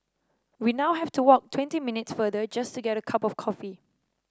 we now have to walk twenty minutes farther just to get a cup of coffee